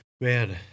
Man